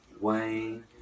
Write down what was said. Wayne